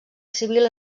civil